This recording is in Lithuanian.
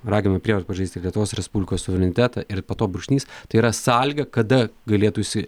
ragina prievarta pažeisti lietuvos respublikos suverenitetą ir po to brūkšnys tai yra sąlyga kada galėtųsi